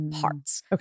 parts